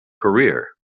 career